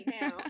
now